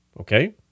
Okay